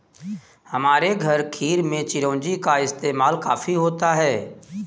हमारे घर खीर में चिरौंजी का इस्तेमाल काफी होता है